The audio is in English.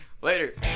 Later